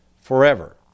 forever